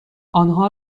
آنها